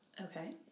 Okay